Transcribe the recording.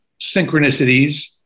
synchronicities